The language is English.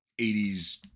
80s